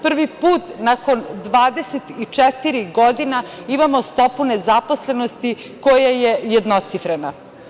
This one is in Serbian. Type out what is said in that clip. Prvi put nakon 24 godine imamo stopu nezaposlenosti koja je jednocifrena.